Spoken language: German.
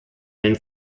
den